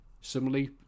similarly